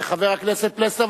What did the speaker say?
חבר הכנסת פלסנר,